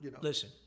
Listen